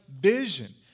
vision